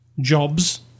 jobs